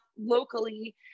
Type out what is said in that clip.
locally